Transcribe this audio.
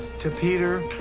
to peter.